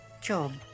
Job